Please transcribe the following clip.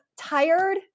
tired